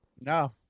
No